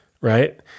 right